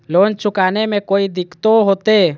Loan चुकाने में कोई दिक्कतों होते?